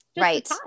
Right